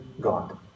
God